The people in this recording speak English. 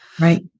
right